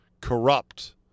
corrupt